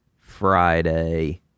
Friday